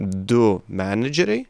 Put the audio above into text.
du menedžeriai